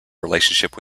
relationship